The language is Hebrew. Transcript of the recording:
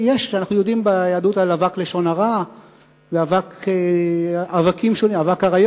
אנחנו יודעים ביהדות על אבק לשון הרע ואבק עריות.